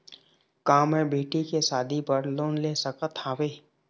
का मैं बेटी के शादी बर लोन ले सकत हावे?